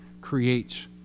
creates